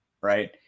right